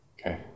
Okay